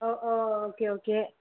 O oh okay okay